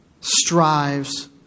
strives